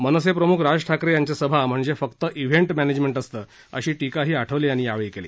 मनसेप्रमुख राज ठाकरे यांच्या सभा म्हणजे फक्त व्हेंट मॅनेजमेंट असतं अशी टीकाही आठवले यांनी केली